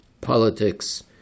Politics